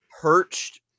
perched